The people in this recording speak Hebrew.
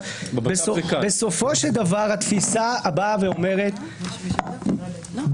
בסופו של דבר התפיסה באה ואומרת שבגלל